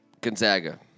Gonzaga